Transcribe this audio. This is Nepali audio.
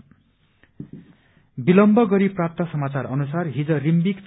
प्रोग्राम विलम्ब गरी प्राप्त समाचार अनुसार हिज रिम्बिक